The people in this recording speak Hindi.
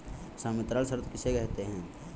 संवितरण शर्त किसे कहते हैं?